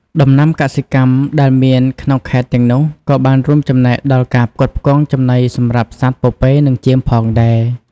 ដំណាំកសិកម្មដែលមានក្នុងខេត្តទាំងនោះ ក៏បានរួមចំណែកដល់ការផ្គត់ផ្គង់ចំណីសម្រាប់សត្វពពែនិងចៀមផងដែរ។